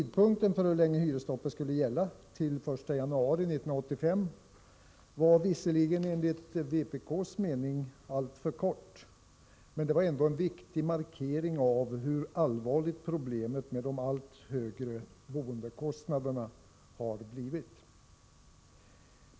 Den tid som hyresstoppet skulle gälla — till den 1 januari 1985 — var visserligen enligt vpk:s mening alltför kort, men det innebar ändå en viktig markering av hur allvarligt problemet med de allt högre boendekostnaderna har blivit.